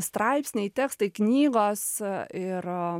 straipsniai tekstai knygos ir